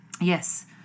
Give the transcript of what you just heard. yes